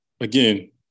again